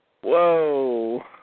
Whoa